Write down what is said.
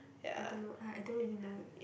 I don't know uh I don't really know